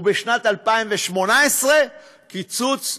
ובשנת 2018, עוד קיצוץ,